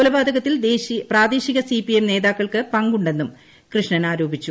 കൊലപാതകത്തിൽ പ്രാദേശിക C P M നേതാക്കൾക്ക് പങ്കുണ്ടെന്നും കൃഷ്ണൻ ആരോപിച്ചു